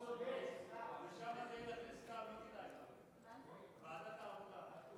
ועדת העבודה.